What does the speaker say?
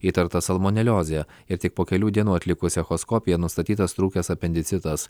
įtarta salmoneliozė ir tik po kelių dienų atlikus echoskopiją nustatytas trūkęs apendicitas